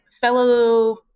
fellow